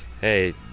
hey